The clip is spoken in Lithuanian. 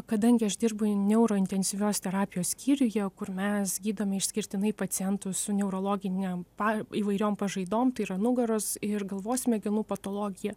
kadangi aš dirbu neuro intensyvios terapijos skyriuje kur mes gydome išskirtinai pacientus su neurologinėm pa įvairiom pažaidoms tai yra nugaros ir galvos smegenų patologija